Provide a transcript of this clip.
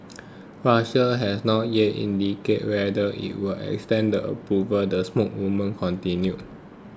Russia has not yet indicated whether it will extend the approvals the spokeswoman continued